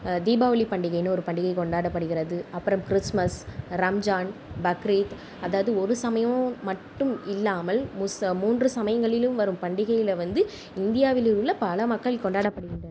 தீபாவளி பண்டிகைன்னு ஒரு பண்டிகை கொண்டாடப்படுகிறது அப்புறம் கிறிஸ்மஸ் ரம்ஜான் பக்ரீத் அதாவது ஒரு சமயம் மட்டும் இல்லாமல் முஸ் மூன்று சமயங்களிலும் வரும் பண்டிகைகளை வந்து இந்தியாவில் உள்ள பல மக்கள் கொண்டாடப்படுகின்றன